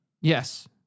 Yes